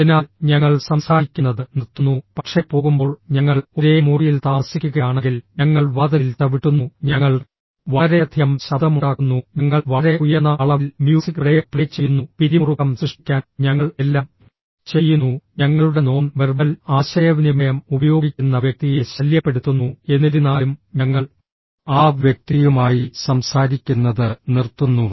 അതിനാൽ ഞങ്ങൾ സംസാരിക്കുന്നത് നിർത്തുന്നു പക്ഷേ പോകുമ്പോൾ ഞങ്ങൾ ഒരേ മുറിയിൽ താമസിക്കുകയാണെങ്കിൽ ഞങ്ങൾ വാതിലിൽ ചവിട്ടുന്നു ഞങ്ങൾ വളരെയധികം ശബ്ദമുണ്ടാക്കുന്നു ഞങ്ങൾ വളരെ ഉയർന്ന അളവിൽ മ്യൂസിക് പ്ലെയർ പ്ലേ ചെയ്യുന്നു പിരിമുറുക്കം സൃഷ്ടിക്കാൻ ഞങ്ങൾ എല്ലാം ചെയ്യുന്നു ഞങ്ങളുടെ നോൺ വെർബൽ ആശയവിനിമയം ഉപയോഗിക്കുന്ന വ്യക്തിയെ ശല്യപ്പെടുത്തുന്നു എന്നിരുന്നാലും ഞങ്ങൾ ആ വ്യക്തിയുമായി സംസാരിക്കുന്നത് നിർത്തുന്നു